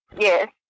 yes